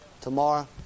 Tomorrow